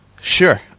Sure